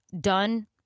done